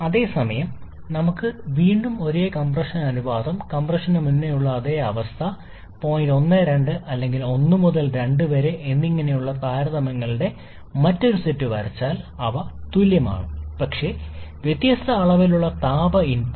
അതേസമയം നമുക്ക് വീണ്ടും ഒരേ കംപ്രഷൻ അനുപാതം കംപ്രഷന് മുമ്പുള്ള അതേ അവസ്ഥ പോയിന്റ് 1 2 അല്ലെങ്കിൽ 1 2 എന്നിങ്ങനെയുള്ള താരതമ്യങ്ങളുടെ മറ്റൊരു സെറ്റ് വരച്ചാൽ അവ തുല്യമാണ് പക്ഷേ വ്യത്യസ്ത അളവിലുള്ള താപ ഇൻപുട്ട്